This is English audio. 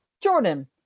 Jordan